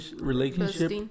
relationship